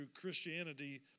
Christianity